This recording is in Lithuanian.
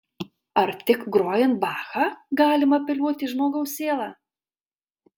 ar tik grojant bachą galima apeliuoti į žmogaus sielą